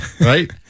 right